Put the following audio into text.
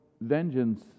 vengeance